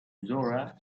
zora